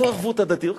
זו ערבות הדדית.